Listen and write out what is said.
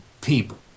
people